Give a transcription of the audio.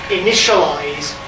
initialize